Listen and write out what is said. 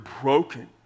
broken